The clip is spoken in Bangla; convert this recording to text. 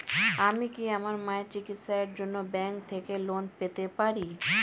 আমি কি আমার মায়ের চিকিত্সায়ের জন্য ব্যঙ্ক থেকে লোন পেতে পারি?